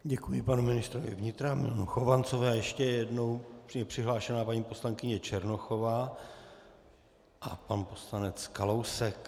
Děkuji panu ministrovi vnitra Milanu Chovancovi a ještě jednou je přihlášena paní poslankyně Černochová a pan poslanec Kalousek.